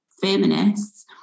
feminists